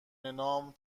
نام